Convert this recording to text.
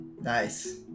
Nice